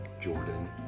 Jordan